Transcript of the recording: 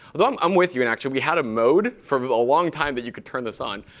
although, um i'm with you. and actually, we had a mode for a long time that you could turn this on.